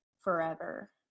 forever